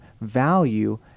value